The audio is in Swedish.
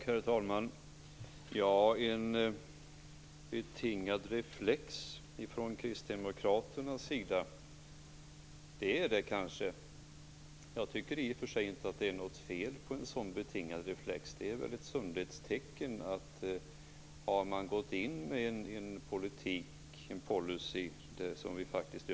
Herr talman! Ulla Wester-Rudin talar om en betingad reflex från kristdemokraternas sida. Det är det kanske. Jag tycker i och för sig inte att det är något fel på en sådan betingad reflex. Den är ett sundhetstecken. Vi har en ambition att leva upp till WHO:s mål för år 2000.